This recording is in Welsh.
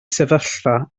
sefyllfa